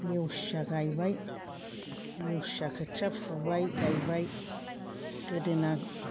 लेवसिया गायबाय लेवसिया खोथिया फुबाय गायबाय गोदोना